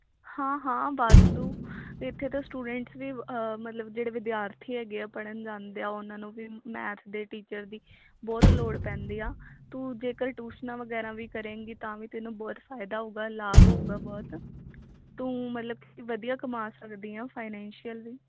ਹਾਂ ਹਾਂ ਵਾਧੂ ਇੱਥੇ ਤਾਂ ਸਟੂਡੈਂਟਸ ਵੀ ਮਤਲਬ ਜਿਹੜੇ ਵਿਦਿਆਰਥੀ ਹੈਗੇ ਆ ਪੜ੍ਹਨ ਜਾਂਦੇ ਆ ਉਹਨਾਂ ਨੂੰ ਵੀ ਮੈਥ ਦੇ ਟੀਚਰ ਦੀ ਬਹੁਤ ਲੋੜ ਪੈਂਦੀ ਆ ਤੂੰ ਜੇਕਰ ਟਿਊਸ਼ਨਾਂ ਵਗੈਰਾ ਵੀ ਕਰੇਗੀ ਤਾਂ ਵੀ ਤੈਨੂੰ ਬਹੁਤ ਫਾਇਦਾ ਹੋਊਗਾ ਲਾਭ ਹੋਊਗਾ ਬਹੁਤ ਤੂੰ ਮਤਲਬ ਕਿ ਵਧੀਆ ਕਮਾ ਸਕਦੀ ਆਂ ਫਾਈਨੈਂਸ਼ੀਅਲ ਵੀ